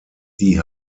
die